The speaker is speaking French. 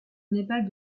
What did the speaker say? népal